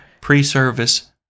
pre-service